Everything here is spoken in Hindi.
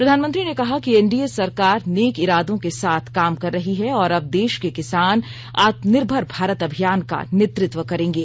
प्रधानमंत्री ने कहा कि एनडीए सरकार ने इरादों से साथ काम कर रही है और अब देश के किसान आत्मनिर्मर भारत अभियान का नेतृत्व करेंगे